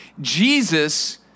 Jesus